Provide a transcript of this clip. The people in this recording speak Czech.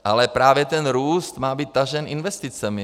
Ale právě ten růst má být tažen investicemi.